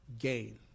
gain